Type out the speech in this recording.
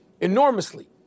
enormously